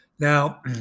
Now